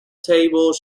tables